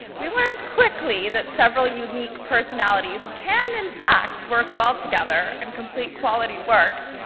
we learned quickly that several unique personalities can in fact work well together and complete quality work,